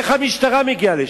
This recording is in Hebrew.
איך המשטרה מגיעה לשם?